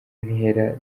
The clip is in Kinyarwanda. ntera